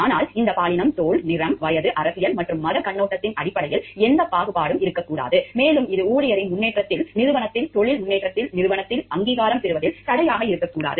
ஆனால் இந்த பாலினம் தோல் நிறம் வயது அரசியல் மற்றும் மதக் கண்ணோட்டத்தின் அடிப்படையில் எந்த பாகுபாடும் இருக்கக்கூடாது மேலும் இது ஊழியரின் முன்னேற்றத்தில் நிறுவனத்தில் தொழில் முன்னேற்றத்தில் நிறுவனத்தில் அங்கீகாரம் பெறுவதில் தடையாக இருக்கக்கூடாது